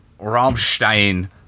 Rammstein